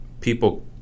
people